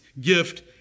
gift